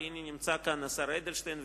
נמצא כאן השר אדלשטיין,